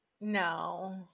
No